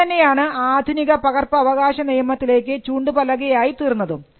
ഇതു തന്നെയാണ് ആധുനിക പകർപ്പവകാശനിയമത്തിലേക്ക് ചൂണ്ടുപലകയായി തീർന്നതും